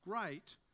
great